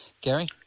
Gary